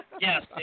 yes